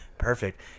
perfect